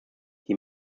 die